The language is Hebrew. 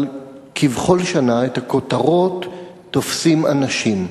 אבל כבכל שנה, את הכותרות תופסים אנשים.